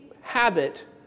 habit